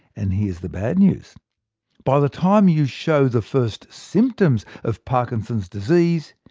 and here's the bad news by the time you show the first symptoms of parkinson's disease,